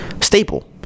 Staple